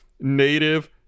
native